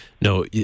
No